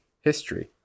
history